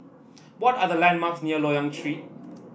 what are the landmarks near Loyang Street